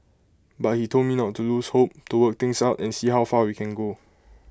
but he told me not to lose hope to work things out and see how far we can go